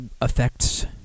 affects